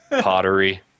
Pottery